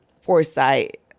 foresight